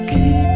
Keep